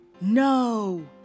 No